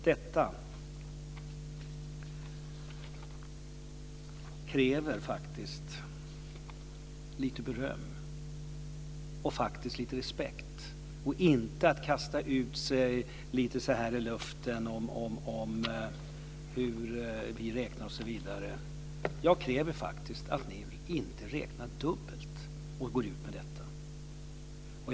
Detta kräver faktiskt lite beröm och lite respekt, inte att man rätt ut i luften kastar ur sig något om hur vi räknar. Jag kräver faktiskt att ni inte räknar dubbelt och går ut med det resultatet.